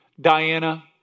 Diana